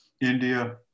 India